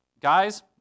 Guys